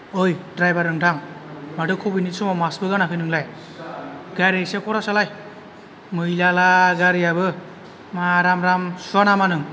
ओइ द्रायभार नोंथां माथो कभिद नि समाव मास्क बो गानाखै नोंलाय गारि इसे खरा सालाय मैलाला गारियाबो मारामराम सुवा नामा नों